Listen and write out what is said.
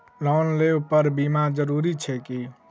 Loan लेबऽ पर बीमा जरूरी छैक की?